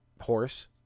horse